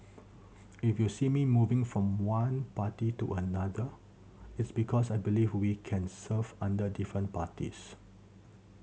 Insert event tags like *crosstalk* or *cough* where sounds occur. *noise* if you see me moving from one party to another it's because I believe we can serve under different parties